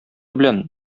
белән